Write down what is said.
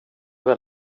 väl